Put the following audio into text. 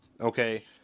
okay